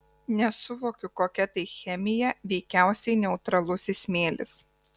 nesuvokiu kokia tai chemija veikiausiai neutralusis smėlis